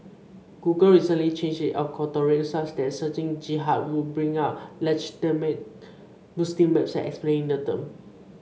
Google recently changed its algorithms such that searching Jihad would bring up legitimate Muslim websites explaining the term